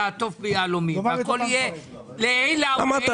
תעטוף ביהלומים והכול יהיה לעילא ולעילא,